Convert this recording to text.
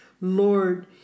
Lord